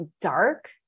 dark